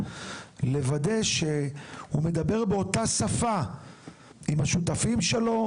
לוודא שהוא מדבר באותה שפה עם השותפים שלו,